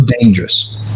dangerous